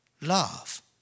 love